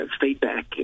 feedback